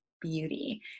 beauty